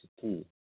two